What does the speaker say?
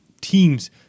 teams